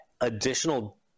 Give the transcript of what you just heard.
additional